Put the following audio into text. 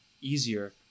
easier